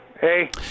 Hey